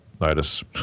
notice